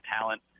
talent